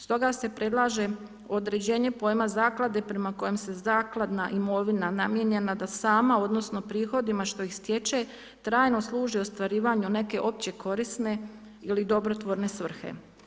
Stoga se predlaže određenje pojma zaklade prema kojem se zakladna imovina namijenjena da sama odnosno prihodima što ih stječe, trajno služi ostvarivanju neke opće korisne ili dobrotvorne svrhe.